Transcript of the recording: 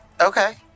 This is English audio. Okay